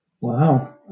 Wow